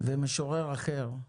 ומשורר אחר,